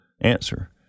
answer